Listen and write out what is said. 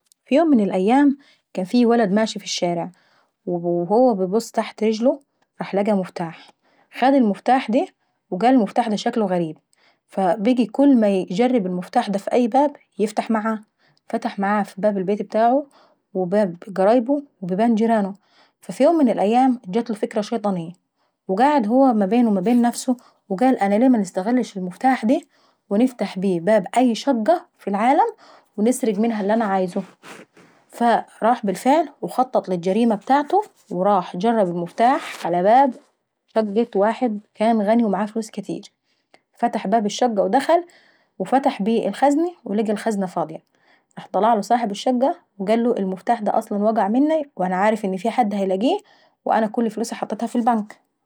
خد المفتاح ديه. وقال المفتاح دا شكله غريب، وكان كل ما يجرب المفتاح دا في باب يفتح معاه! فتح معاها في باب البيت ابتاعه، وباب قرايبه وباب جيرانه. في يوم من الأيام جاتله فكرة شياطينية، وقعد هو بينه ما بين نفسه وقال انا ليه منستغلش المفتاح ديه ونفتح اغنى شقة في العالم ونسرق منها اللي انا عايزه؟ فراح بالفعل وخطط للجريمة ابتاعته، ورح جرب المفتاح على باب شقة واحد كان غني وكان معاه فلوس كاتير. فتح بيه الخزني ولقي الخزنة فاضييه. فطلع صاحب الشقة وقاله المقتاح دا اصلا وقع مني، وانا عارف انك هتلاقيه وانا حاطط كل فلوسي في البنك.